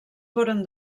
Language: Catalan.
foren